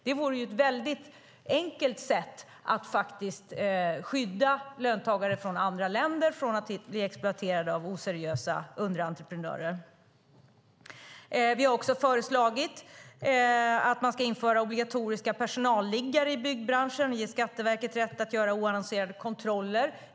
Det vore ett väldigt enkelt sätt att skydda löntagare från andra länder från att bli exploaterade av oseriösa underentreprenörer. Vi har också föreslagit att man ska införa obligatoriska personalliggare i byggbranschen och ge Skatteverket rätt att göra oannonserade kontroller.